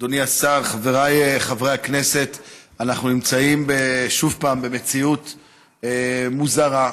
אדוני השר, אנחנו נמצאים שוב במציאות מוזרה,